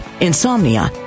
insomnia